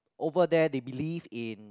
over there they believed in